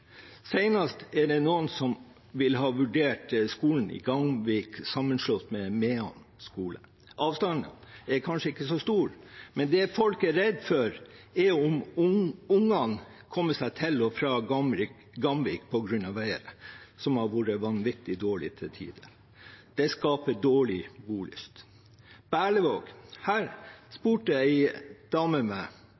er det noen som vil ha vurdert skolen i Gamvik slått sammen med Mehamn skole. Avstanden er kanskje ikke så stor, men det folk er redd for, er om ungene kommer seg til og fra Gamvik på grunn av været, som har vært vanvittig dårlig til tider. Det skaper dårlig bolyst. Berlevåg: Her